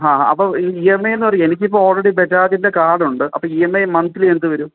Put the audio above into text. ആ അപ്പോൾ ഈ ഇ എം ഐ എന്ന് പറയും എനിക്കിപ്പോൾ ഓള്റെഡി ബജാജിന്റെ കാഡുണ്ട് അപ്പോൾ ഇ എം ഐ മന്തിലി എന്ത് വരും